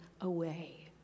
away